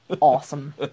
Awesome